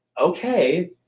okay